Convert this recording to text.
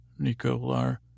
Nicolar